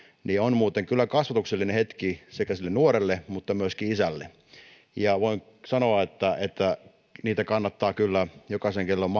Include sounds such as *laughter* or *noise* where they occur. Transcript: niin on muuten kyllä kasvatuksellinen hetki sille nuorelle mutta myöskin isälle voin sanoa että että kannattaa kyllä jokaisen kenellä on *unintelligible*